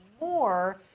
more